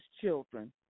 children